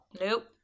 Nope